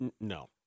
No